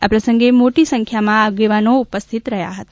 આ પ્રસંગે મોટી સંખ્યામાં આગેવાનો ઉપસ્થિત રહ્યા હતા